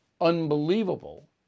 unbelievable